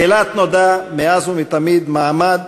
לאילת נודע מאז ומתמיד מעמד